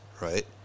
right